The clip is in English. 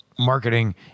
Marketing